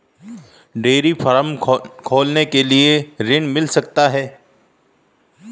Dairy farm खोलने के लिए ऋण मिल सकता है?